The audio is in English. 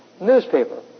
newspaper